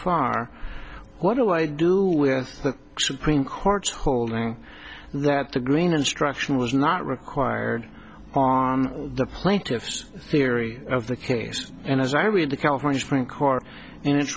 far what do i do with the supreme court's holding that the green instruction was not required on the plaintiff's theory of the case and as i read the california supreme court and i